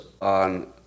on